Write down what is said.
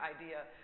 idea